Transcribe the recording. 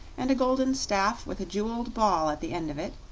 and a golden staff with a jeweled ball at the end of it,